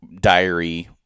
diary